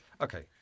Okay